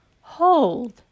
hold